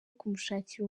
kumushakira